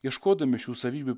ieškodami šių savybių